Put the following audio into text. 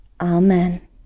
Amen